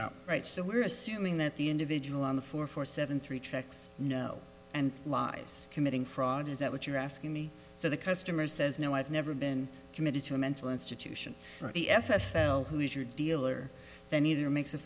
out right so we're assuming that the individual on the four four seven three checks know and lies committing fraud is that what you're asking me so the customer says no i've never been committed to a mental institution for the f f l who is your dealer then either makes a